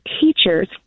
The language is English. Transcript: teachers